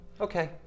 okay